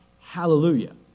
Hallelujah